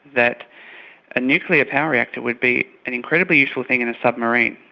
that a nuclear power reactor would be an incredibly useful thing in a submarine,